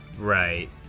Right